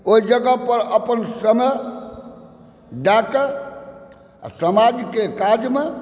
ओहि जगह पर अपन समय दए कऽ आ समाजके काजमे